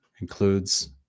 includes